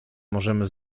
możemy